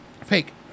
Fake